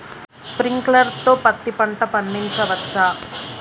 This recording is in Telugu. స్ప్రింక్లర్ తో పత్తి పంట పండించవచ్చా?